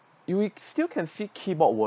we still can feed keyboard